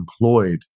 employed